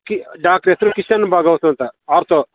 ಕಿ doctor ಹೆಸರು ಕಿಶನ್ ಭಾಗವತ್ ಅಂತ ortho